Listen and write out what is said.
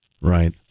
Right